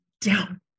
down